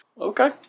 Okay